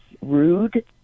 rude